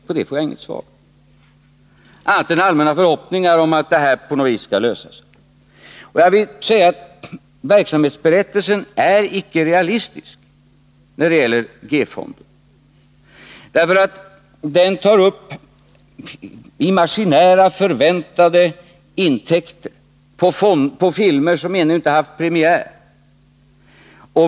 På detta får jag inget svar, annat än allmänna förhoppningar om att det här på något vis skall lösa sig. Verksamhetsberättelsen är icke realistisk när det gäller G-fonden, därför att den tar upp imaginära, förväntade intäkter på filmer som ännu inte haft premiär.